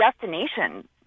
destination